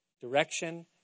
direction